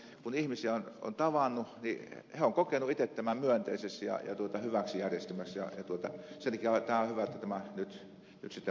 kun ihmisiä olen tavannut niin he ovat kokeneet itse tämän myönteiseksi ja hyväksi järjestelmäksi ja sen takia on hyvä että tämä nyt sitten vakinaistetaan